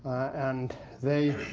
and they